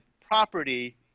property